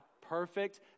Perfect